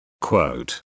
Quote